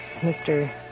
Mr